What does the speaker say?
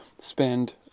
spend